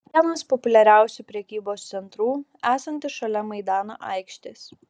vienas populiariausių prekybos centrų esantis šalia maidano aikštės